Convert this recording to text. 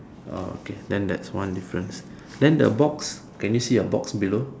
ah okay then there is one difference then the box can you see the box below